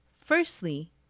Firstly